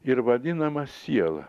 ir vadinamas siela